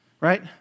right